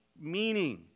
meaning